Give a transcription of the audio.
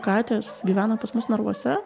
katės gyvena pas mus narvuose